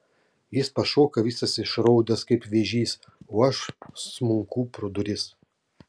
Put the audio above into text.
jis pašoka visas išraudęs kaip vėžys o aš smunku pro duris